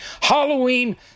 Halloween